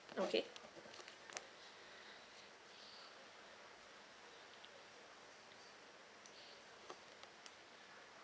okay